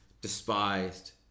despised